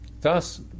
thus